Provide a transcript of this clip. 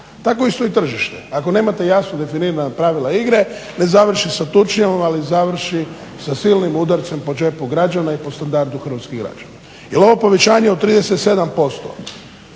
Tako isto i tržište ako nemate jasnu definirana pravila igre ne završi sa tučnjavom ali završi sa silnim udarcem po džepu građana i po standardu hrvatskih građana. Jel ovo povećanje od 37%